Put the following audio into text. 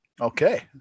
Okay